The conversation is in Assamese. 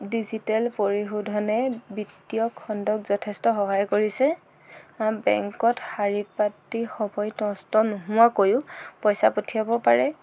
ডিজিটেল পৰিশোধনে বিত্তীয় খণ্ডক যথেষ্ট সহায় কৰিছে বেংকত শাৰী পাতি সময় নষ্ট নোহোৱাকৈয়ো পইচা পঠিয়াব পাৰে